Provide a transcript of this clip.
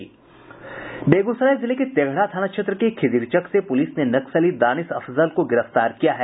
बेगूसराय जिले के तेघड़ा थाना क्षेत्र के खिदिरचक से पुलिस ने नक्सली दानिश अफजल को गिरफ्तार किया है